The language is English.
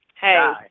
Hey